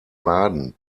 baden